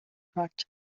contract